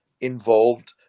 involved